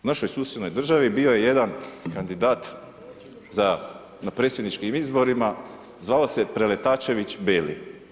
U našoj susjednoj državi bio je jedan kandidat na predsjedničkim izborima, zvao se Preletačević Beli.